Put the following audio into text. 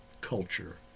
culture